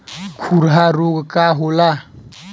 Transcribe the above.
खुरहा रोग का होला?